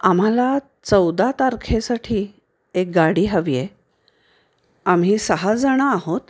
आम्हाला चौदा तारखेसाठी एक गाडी हवी आहे आम्ही सहाजणं आहोत